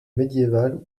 médiévale